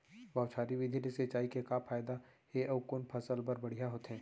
बौछारी विधि ले सिंचाई के का फायदा हे अऊ कोन फसल बर बढ़िया होथे?